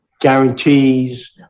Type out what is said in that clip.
guarantees